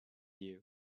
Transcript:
you